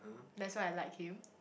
that's why I like him